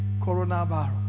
coronavirus